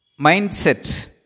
Mindset